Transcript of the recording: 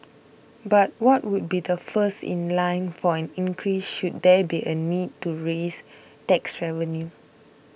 but what would be the first in line for an increase should there be a need to raise tax revenue